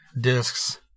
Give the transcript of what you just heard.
discs